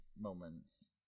moments